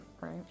Right